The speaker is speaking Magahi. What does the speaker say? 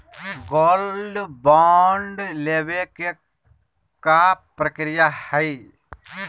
गोल्ड बॉन्ड लेवे के का प्रक्रिया हई?